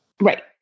Right